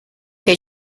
que